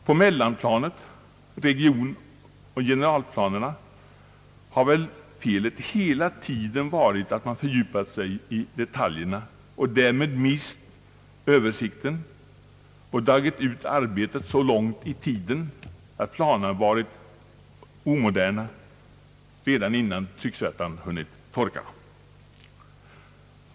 På mellanplanet — regionoch generalplanerna — har väl felet hela tiden varit att man fördjupat sig i detaljerna och därmed mist översikten, dragit ut arbetet så långt i tiden att planerna varit omoderna redan innan trycksvärtan hunnit torka.